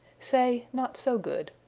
say, not so good.